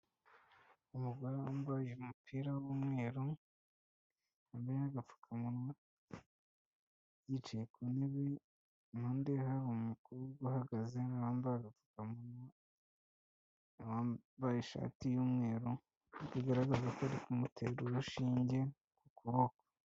Umugore wambaye umupira w'umweru, wambaye n'agapfukamunwa, yicaye ku ntebe, impande ye hari umukobwa uhagaze na we wambaye agapfukamunwa, wambaye ishati y'umweru, bigaragaza ko ari kumutera urushinge ku kuboko.